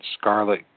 scarlet